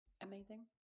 Amazing